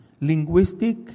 linguistic